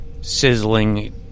sizzling